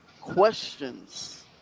questions